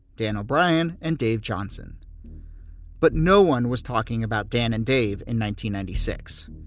dan o'brien and dave johnson but no one was talking about dan and dave and ninety ninety six.